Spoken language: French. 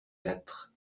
quatre